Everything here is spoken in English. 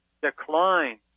decline